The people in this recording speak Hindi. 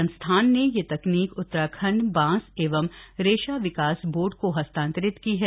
संस्थान ने यह तकनीक उत्तराखंड बांस एवं रेशा विकास बोर्ड को हस्तांतरित की है